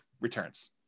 returns